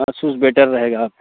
Asus better رہے گا